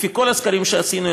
לפי כל הסקרים שעשינו,